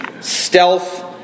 stealth